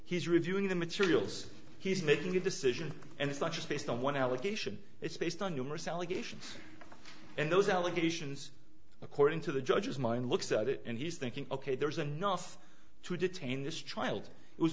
he's reviewing the materials he's making a decision and it's not just based on one allegation it's based on numerous allegations and those allegations according to the judge's mind looks at it and he's thinking ok there's enough to detain this child